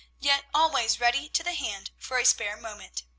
yet always ready to the hand for a spare moment.